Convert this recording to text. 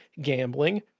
gambling